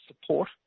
support